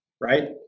right